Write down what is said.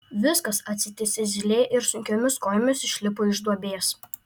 viskas atsitiesė zylė ir sunkiomis kojomis išlipo iš duobės